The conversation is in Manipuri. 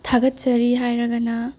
ꯊꯥꯒꯠꯆꯔꯤ ꯍꯥꯏꯔꯒꯅ